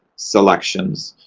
selections.